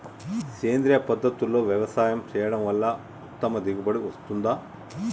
సేంద్రీయ పద్ధతుల్లో వ్యవసాయం చేయడం వల్ల ఉత్తమ దిగుబడి వస్తుందా?